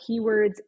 keywords